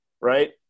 right